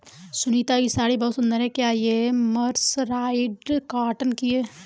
सुनीता की साड़ी बहुत सुंदर है, क्या ये मर्सराइज्ड कॉटन की है?